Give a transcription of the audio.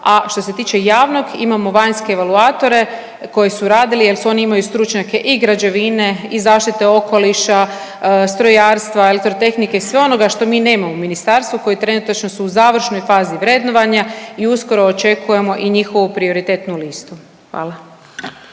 a što se tiče javnog imamo vanjske evaluatore koji su radili jel oni imaju stručnjake i građevine i zaštite okoliša, strojarstva, elektrotehnike, sve onoga što mi nemamo u ministarstvu koji trenutačno su u završnoj fazi vrednovanja i uskoro očekujemo i njihovu prioritetnu listu. Hvala.